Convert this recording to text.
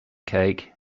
cake